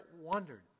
wondered